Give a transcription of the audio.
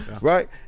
Right